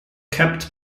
kept